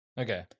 Okay